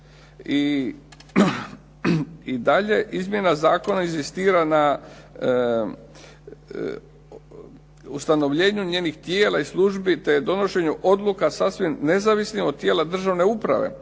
I dalje, izmjena zakona inzistira na ustanovljenju njenih tijela i službi, te donošenju odluka sasvim nezavisnih od tijela državne uprave.